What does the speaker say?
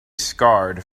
scarred